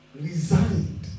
resigned